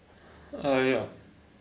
uh ya